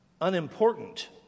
unimportant